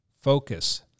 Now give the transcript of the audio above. focus